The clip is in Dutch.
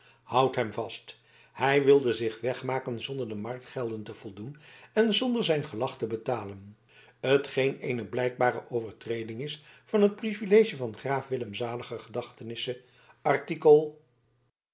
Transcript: houd hem vast hij wilde zich wegmaken zonder de marktgelden te voldoen en zonder zijn gelag te betalen t geen eene blijkbare overtreding is van het privilege van graaf willem zaliger gedachtenisse artikel